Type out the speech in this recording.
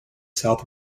south